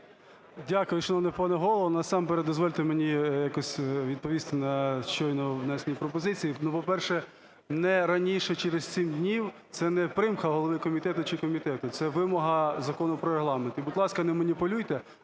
Дякую, шановний пане Голово. Насамперед, дозвольте мені якось відповісти на щойно внесені пропозиції. Ну по-перше, не раніше через 7 днів – це не примха голови комітету чи комітету, це вимога Закону про Регламент. І, будь ласка, не маніпулюйте,